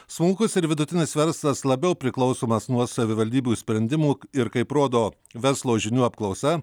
smulkus ir vidutinis verslas labiau priklausomas nuo savivaldybių sprendimų ir kaip rodo verslo žinių apklausa